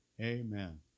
Amen